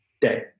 day